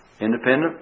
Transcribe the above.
Independent